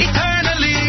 Eternally